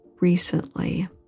recently